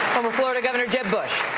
former florida governor jeb bush.